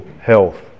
health